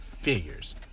figures